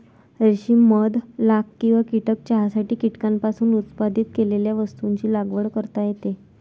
रेशीम मध लाख किंवा कीटक चहासाठी कीटकांपासून उत्पादित केलेल्या वस्तूंची लागवड करता येते